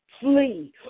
flee